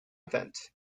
events